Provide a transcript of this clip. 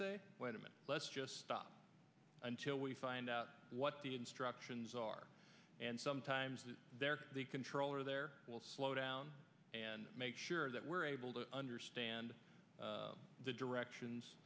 copilot wait a minute let's just stop until we find out what the instructions are and sometimes the controller there will slow down and make sure that we're able to understand the directions